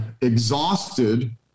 exhausted